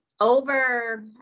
over